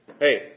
Hey